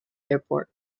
airport